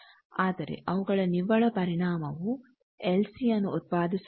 ಆದರೆ ಅವುಗಳ ನಿವ್ವಳ ಪರಿಣಾಮವು ಎಲ್ ಸಿ ಯನ್ನು ಉತ್ಪಾದಿಸುತ್ತದೆ